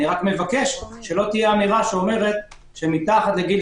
אני מבקש שלא תהיה אמירה שאומרת שמתחת לגיל